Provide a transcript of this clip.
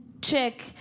Chick